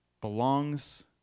belongs